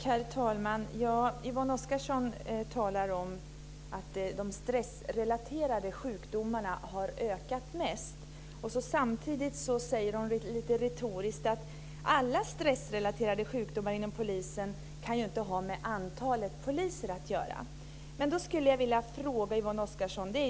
Herr talman! Yvonne Oscarsson talar om att de stressrelaterade sjukdomarna har ökat mest. Samtidigt säger hon lite retoriskt att alla stressrelaterade sjukdomar inom polisen inte kan ha med antalet poliser att göra. Då skulle jag vilja fråga Yvonne Oscarsson en sak.